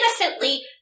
innocently